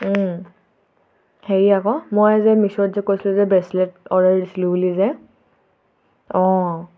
হেৰি আকৌ মই যে মিছ'ত যে কৈছিলোঁ যে ব্ৰেছলেট অৰ্ডাৰ দিছিলোঁ বুলি যে অঁ